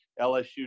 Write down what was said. LSU